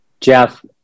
Jeff